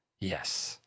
yes